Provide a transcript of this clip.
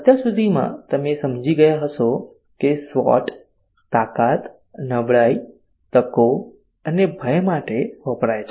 અત્યાર સુધીમાં તમે સમજી ગયા હશો કે SWOT તાકાત નબળાઈ તકો અને ભય માટે વપરાય છે